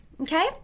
okay